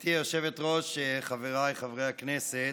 גברתי היושבת-ראש, חבריי חברי הכנסת,